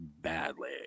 badly